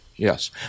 Yes